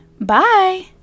bye